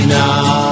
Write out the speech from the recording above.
now